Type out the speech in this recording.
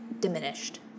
diminished